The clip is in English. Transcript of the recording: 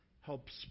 helps